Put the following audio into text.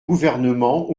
gouvernement